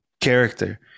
character